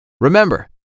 Remember